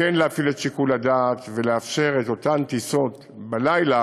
כן להפעיל את שיקול הדעת ולאפשר את אותן טיסות בלילה,